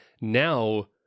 Now